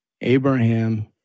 Abraham